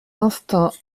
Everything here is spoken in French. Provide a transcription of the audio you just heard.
instincts